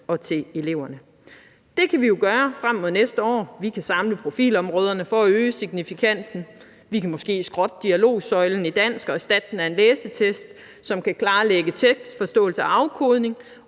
og til eleverne. Det kan vi jo gøre frem mod næste år. Vi kan samle profilområderne for at øge signifikansen. Vi kan måske skrotte dialogsøjlen i dansk og erstatte den med en læsetest, som kan klarlægge tekstforståelse og afkodning,